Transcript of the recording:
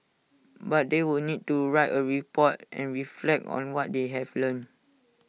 but they would need to write A report and reflect on what they have learnt